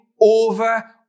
over